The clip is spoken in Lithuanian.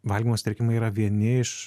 valgymo sutrikimai yra vieni iš